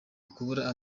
ukubura